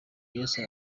yesu